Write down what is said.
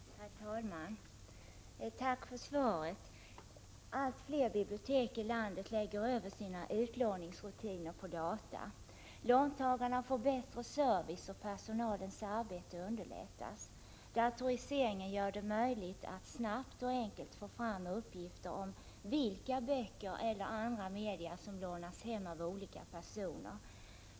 Herr talman! Tack för svaret! Allt fler bibliotek lägger över sina utlåningsrutiner på data. Låntagarna får bättre service, och personalens arbete underlättas. Datoriseringen gör det möjligt att snabbt och enkelt få fram uppgifter om vilka böcker eller andra media som lånats hem av olika personer.